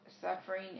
suffering